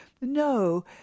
No